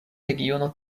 regiono